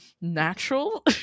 natural